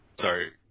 Sorry